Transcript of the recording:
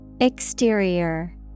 Exterior